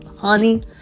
honey